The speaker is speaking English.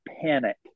panic